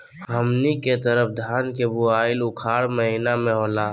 हमनी के तरफ धान के बुवाई उखाड़ महीना में होला